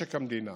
משק המדינה